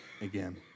again